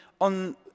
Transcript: on